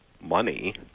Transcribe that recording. money